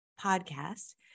podcast